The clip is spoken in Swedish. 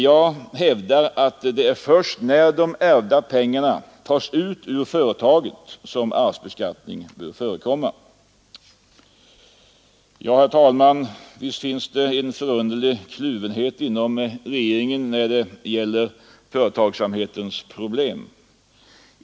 Jag hävdar att det är först när de ärvda pengarna tas ut ur företaget som arvsbeskattning bör förekomma. Herr talman! Visst finns det en förunderlig kluvenhet inom regeringen när det gäller företagsamhetens problem.